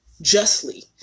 justly